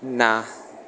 ના